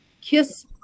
Kiss